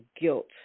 guilt